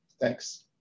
Thanks